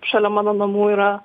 šalia mano namų yra